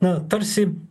na tarsi